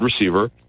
receiver